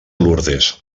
lourdes